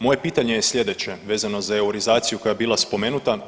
Moje pitanje je sljedeće, vezano za eurizaciju koja je bila spomenuta.